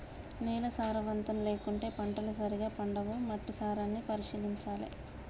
నేల సారవంతం లేకుంటే పంటలు సరిగా పండవు, మట్టి సారాన్ని పరిశీలించాలె